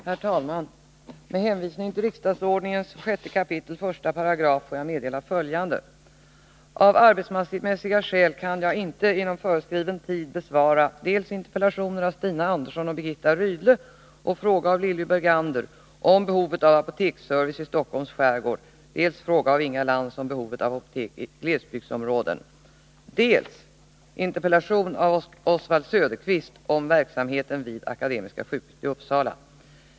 Herr talman! Med hänvisning till riksdagsordningen 6 kap. 1§ får jag meddela följande: Av arbetsmässiga skäl kan jag inte inom föreskriven tid besvara dels interpellationen av Stina Andersson och frågan av Lilly Bergander om behovet av apoteksservice i Stockholms skärgård, dels frågan av Inga Lantz om behovet av apotek i glesbygdsområden och dels interpellationen av Oswald Söderqvist om verksamheten vid Akademiska sjukhuset i Uppsala.